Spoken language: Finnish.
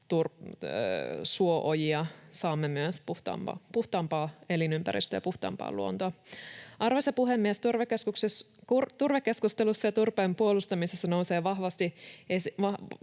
suo-ojia, saamme myös puhtaampaa elinympäristöä ja puhtaampaa luontoa. Arvoisa puhemies! Turvekeskustelussa ja turpeen puolustamisessa nousee vahvasti